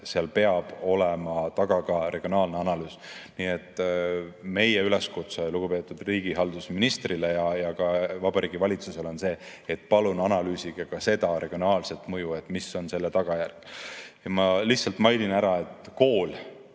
peab olema taga ka regionaalne analüüs. Nii et meie üleskutse lugupeetud riigihalduse ministrile ja ka Vabariigi Valitsusele on see, et palun analüüsige regionaalset mõju, seda, mis on tagajärg. Ma lihtsalt mainin ära, et mida